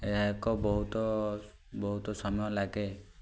ଏହା ଏକ ବହୁତ ବହୁତ ସମୟ ଲାଗେ